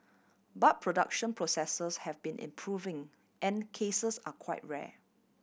but production processes have been improving and cases are quite rare